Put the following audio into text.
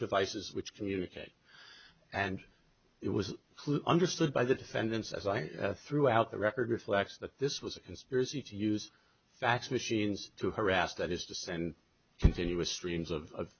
devices which communicate and it was clearly understood by the defendants as i threw out the record reflects that this was a conspiracy to use fax machines to harass that is to send continuous streams of